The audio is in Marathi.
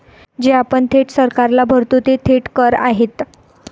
जे आपण थेट सरकारला भरतो ते थेट कर आहेत